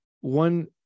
one